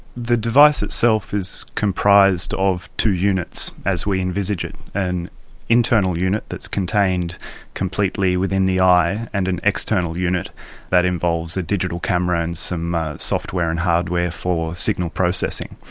the device itself is comprised of two units as we envisage it. an and internal unit that is contained completely within the eye and an external unit that involves a digital camera and some software and hardware for signal processing.